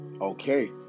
Okay